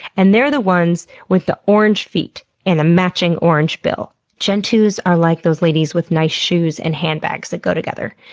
and they're the ones with the orange feet and the matching orange bill. gentoos are like those ladies with nice shoes and handbags that go together.